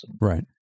Right